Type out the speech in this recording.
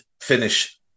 finish